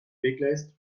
weglässt